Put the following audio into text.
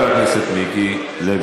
לא גיניתם את הרוצחים.